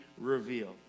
revealed